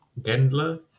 Gendler